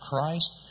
Christ